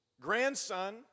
grandson